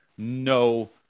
no